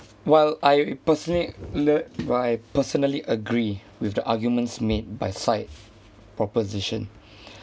while I personally lear~ I personally agree with the arguments made by side proposition